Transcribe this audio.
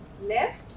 left